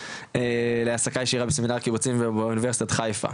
להעסקה ישירה בסמינר הקיבוצים ואונ' חיפה.